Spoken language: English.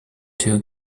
two